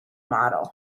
model